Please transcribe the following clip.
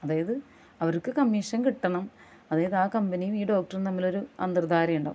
അതായത് അവർക്ക് കമ്മീഷൻ കിട്ടണം അതായത് ആ കമ്പനി ഈ ഡോക്ടറും തമ്മിൽ ഒരു അന്തർ ധാരയുണ്ടാകും